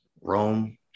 rome